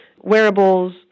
wearables